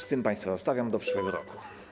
Z tym państwa zostawiam do przyszłego roku.